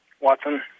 Watson